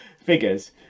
figures